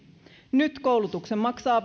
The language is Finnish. nyt koulutuksen maksaa